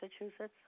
Massachusetts